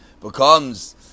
becomes